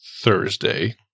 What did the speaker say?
Thursday